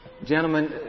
Gentlemen